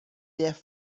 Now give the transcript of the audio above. death